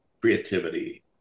creativity